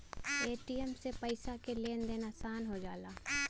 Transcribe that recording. ATM से पइसा के लेन देन आसान हो जाला